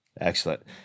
Excellent